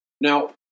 Now